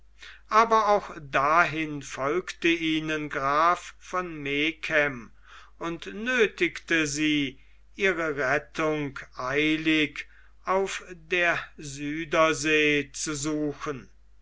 aber auch dahin folgte ihnen graf von megen und nöthigte sie ihre rettung eilig auf der südersee zu suchen